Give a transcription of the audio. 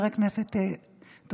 בבקשה.